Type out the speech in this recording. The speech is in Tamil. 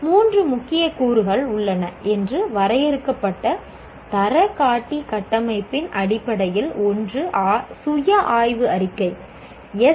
மூன்று முக்கிய கூறுகள் உள்ளன என்று வரையறுக்கப்பட்ட தர காட்டி கட்டமைப்பின் அடிப்படையில் ஒன்று சுய ஆய்வு அறிக்கை எஸ்